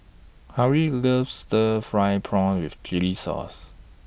Halie loves Stir Fried Prawn with Chili Sauce